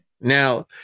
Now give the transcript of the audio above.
Now